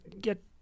get